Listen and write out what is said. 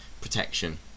protection